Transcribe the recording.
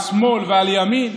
על שמאל ועל ימין.